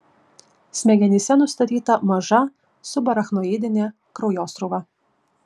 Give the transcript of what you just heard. smegenyse nustatyta maža subarachnoidinė kraujosruva